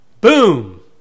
Boom